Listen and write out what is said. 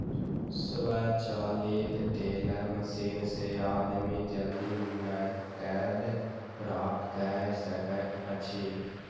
स्वचालित teller machine से आदमी जल्दी नकद प्राप्त कय सकैत अछि